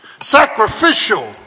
sacrificial